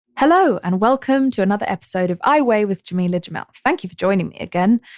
hello and welcome to another episode of i weigh with jameela jamil. thank you for joining me again.